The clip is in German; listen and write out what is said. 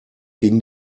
ging